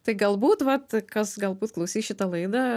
tai galbūt vat kas galbūt klausys šitą laidą